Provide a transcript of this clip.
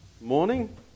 morning